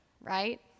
right